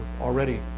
Already